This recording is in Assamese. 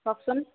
কওকচোন